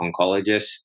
oncologist